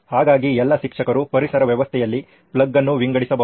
ಹಾಗಾಗಿ ಎಲ್ಲಾ ಶಿಕ್ಷಕರು ಪರಿಸರ ವ್ಯವಸ್ಥೆಯಲ್ಲಿ ಪ್ಲಗ್ ಅನ್ನು ವಿಂಗಡಿಸಬಹುದು